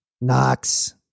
Knox